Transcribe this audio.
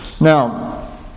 Now